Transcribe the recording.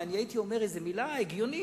הייתי אומר איזו מלה הגיונית,